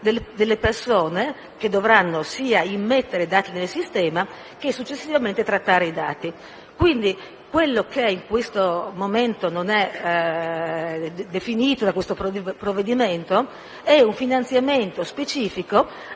delle persone che dovranno immettere i dati nel sistema e successivamente trattarli. Quindi quello che in questo momento non è definito dal provvedimento in discussione è un finanziamento specifico